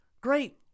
Great